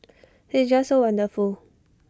he's just so wonderful